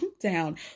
down